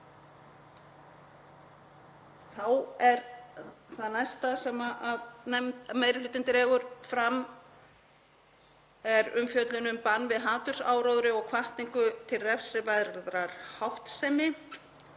Þá er það næsta sem nefndarmeirihlutinn dregur fram umfjöllun um bann við hatursáróðri og hvatningu til refsiverðrar háttsemi.